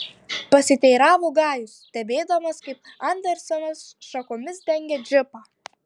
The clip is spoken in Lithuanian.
pasiteiravo gajus stebėdamas kaip andersenas šakomis dengia džipą